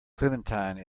clementine